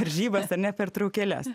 varžybas ar ne pertraukėles